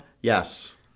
yes